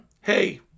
hey